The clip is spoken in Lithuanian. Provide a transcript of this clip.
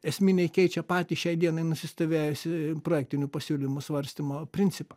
esminiai keičia patį šiai dienai nusistovėjusį projektinių pasiūlymų svarstymo principą